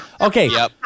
Okay